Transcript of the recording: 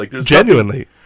Genuinely